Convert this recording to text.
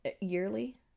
yearly